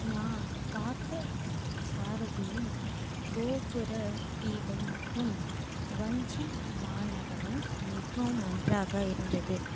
நான் பார்த்த சாரதியின் கோபுர தீபம் மற்றும் வஞ்சி மாநகரம் மிகவும் நன்றாக இருந்தது